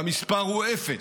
והמספר הוא אפס.